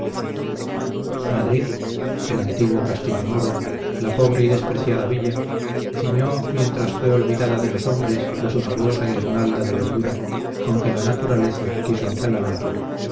madrid el antiguo castillo moro la pobre y despreciada villa ciñó mientras fue olvidada de los hombres la suntuosa guirnalda de verdura con que la naturaleza quiso engalanarle